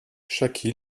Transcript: chaque